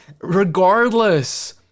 regardless